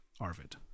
Arvid